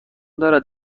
دارد